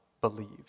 believed